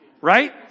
right